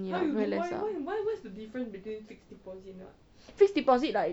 ya very less lah fixed deposit like